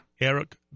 Eric